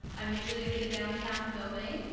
i'm usually at the downtown building,